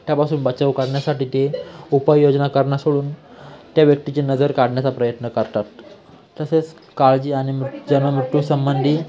त्यापासून बचाव करण्यासाठी ते उपाययोजना करणं सोडून त्या व्यक्तीची नजर काढण्याचा प्रयत्न करतात तसेच काळजी आणि मू जन्म मृत्यूसंबंधी